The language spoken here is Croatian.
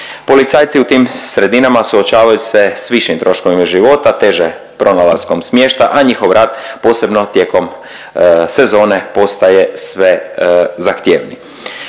Policajci u tim sredinama suočavaju se s višim troškovima života, teže pronalaskom smještaja, a njihov rad posebno tijekom sezone postaje sve zahtjevniji.